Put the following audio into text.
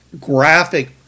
graphic